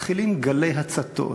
מתחילים גלי הצתות,